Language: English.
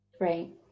Right